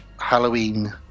Halloween